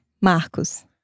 Marcos